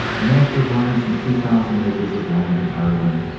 and after buying some two thousand acres of land in ireland,